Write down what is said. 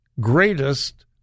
greatest